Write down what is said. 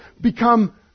become